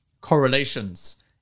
correlations